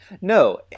no